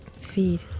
feed